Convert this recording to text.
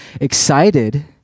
excited